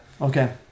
Okay